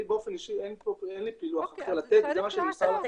לי באופן אישי אין פילוח אחר לתת, זה מה שנמסר לכם